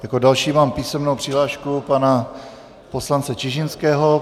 Jako další mám písemnou přihlášku pana poslance Čižinského.